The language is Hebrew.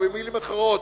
או במלים אחרות,